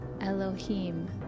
Elohim